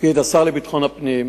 השר לביטחון הפנים